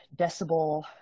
decibel